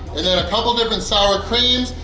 and then a couple different sour creams.